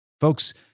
Folks